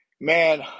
man